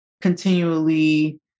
continually